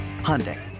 Hyundai